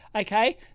okay